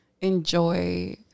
enjoy